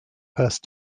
first